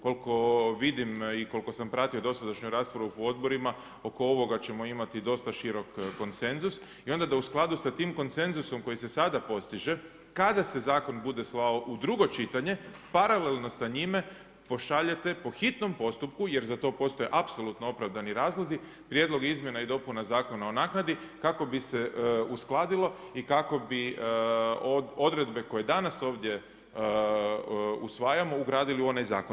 Koliko vidim i koliko sam pratio dosadašnju u odborima oko ovoga ćemo imati dosta širok konsenzus i onda da u skladu sa tim konsenzusom koji se sada postiže kada se zakon bude slao u drugo čitanje paralelno sa njima pošaljete po hitnom postupku jer za to postoje apsolutno opravdani razlozi Prijedlog izmjena i dopuna Zakona o naknadi kako bi se uskladilo i kako bi odredbe koje danas ovdje usvajamo ugradili u onaj zakon.